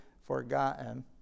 forgotten